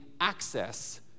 access